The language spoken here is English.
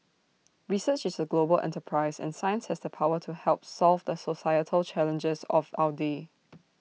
research is A global enterprise and science has the power to help solve the societal challenges of our day